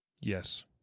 Yes